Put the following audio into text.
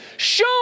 Show